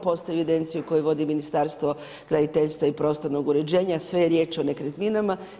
Postoji evidencija koju vodi Ministarstvo graditeljstva i prostornog uređenja, sve je riječ o nekretninama.